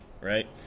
right